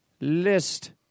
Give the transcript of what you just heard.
List